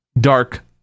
Dark